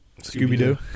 Scooby-Doo